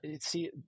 see